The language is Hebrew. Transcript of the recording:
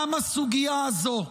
גם הסוגיה הזו,